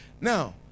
Now